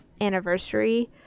anniversary